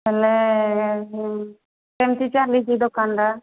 ହେଲେ କେମିତି ଚାଲିଛି ଦୋକାନଟା